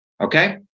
okay